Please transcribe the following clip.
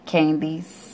Candies